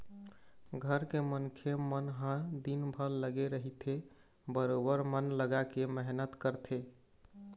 घर के मनखे मन ह दिनभर लगे रहिथे बरोबर मन लगाके मेहनत करथे